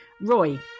Roy